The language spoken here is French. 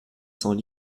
cents